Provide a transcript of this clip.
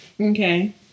Okay